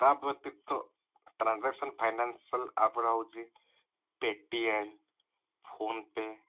ତା ବ୍ୟତୀତ transaction financial app ଗୁଡ଼ା ହେଉଛି ପେଟିଏମ୍ ଫୋନ୍ ପେ